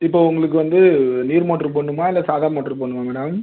இப்போது உங்களுக்கு வந்து நீர் மோட்ரு போடணுமா இல்லை சாதா மோட்ரு போடணுமா மேடம்